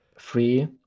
free